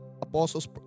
apostles